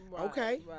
Okay